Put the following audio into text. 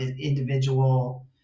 individual